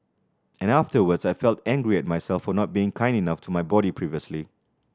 and afterwards I felt angry at myself for not being kind enough to my body previously